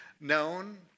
known